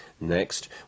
Next